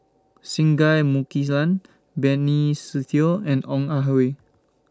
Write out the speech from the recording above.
Singai Mukilan Benny Se Teo and Ong Ah Hoi